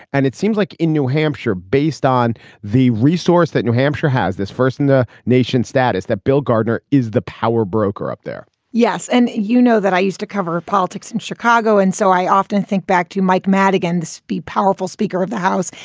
and it seems like in new hampshire, based on the resource that new hampshire has, this first in the nation status, that bill gardner is the power broker up there yes. and you know that i used to cover politics in chicago. and so i often think back to mike madigan, the s p powerful speaker of the house.